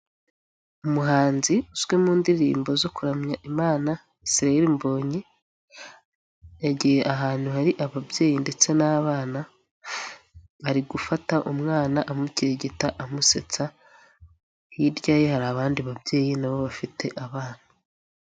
Umuhanzi uzwi mu ndirimbo zo kuramya imana Israel Mbonyi, yagiye ahantu hari ababyeyi ndetse n'abana, ari gufata umwana amukirigita amusetsa, hirya ye hari abandi babyeyi nabo bafite abana.